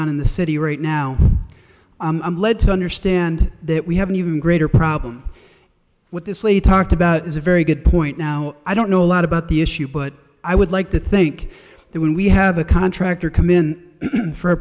on in the city right now i'm led to understand that we have an even greater problem what this lady talked about is a very good point now i don't know a lot about the issue but i would like to think that when we have a contractor come in for a